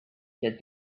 said